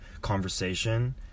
conversation